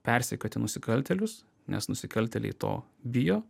persekioti nusikaltėlius nes nusikaltėliai to bijo